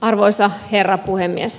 arvoisa herra puhemies